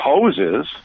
poses